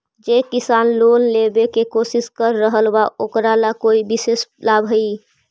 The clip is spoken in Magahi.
जे किसान लोन लेवे के कोशिश कर रहल बा ओकरा ला कोई विशेष लाभ हई?